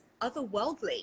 otherworldly